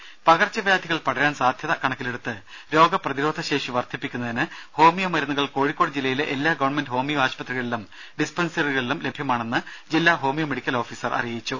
ദരദ പകർച്ചവ്യാധികൾ പടരാൻ സാധ്യത കണക്കിലെടുത്ത് രോഗപ്രതിരോധ ശേഷി വർദ്ധിപ്പിക്കുന്നതിന് ഹോമിയോ മരുന്നുകൾ കോഴിക്കോട് ജില്ലയിലെ എല്ലാ ഗവൺമെന്റ് ഹോമിയോ ആശുപത്രികളിലും ഡിസ്പൻസറികളിലും ലഭ്യമാണെന്ന് ജില്ലാ ഹോമിയോ മെഡിക്കൽ ഓഫീസർ അറിയിച്ചു